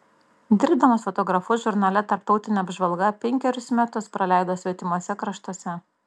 dirbdamas fotografu žurnale tarptautinė apžvalga penkerius metus praleido svetimuose kraštuose